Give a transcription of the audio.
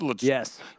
Yes